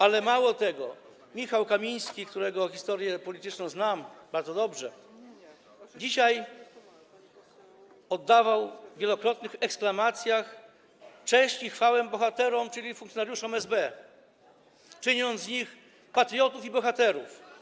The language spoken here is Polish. Ale mało tego, Michał Kamiński, którego historię polityczną znam bardzo dobrze, dzisiaj oddawał w wielokrotnych eksklamacjach cześć bohaterom, czyli funkcjonariuszom SB, czyniąc z nich patriotów i bohaterów.